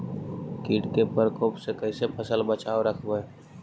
कीट के परकोप से कैसे फसल बचाब रखबय?